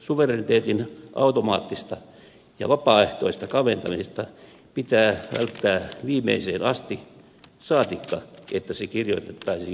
suvereniteetin automaattista ja vapaaehtoista kaventamista pitää välttää viimeiseen asti saatikka että se kirjoitettaisiin perustuslakiin